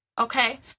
Okay